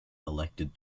elected